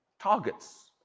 Targets